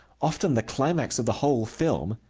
often the climax of the whole film,